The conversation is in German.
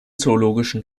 zoologischen